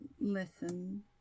Listen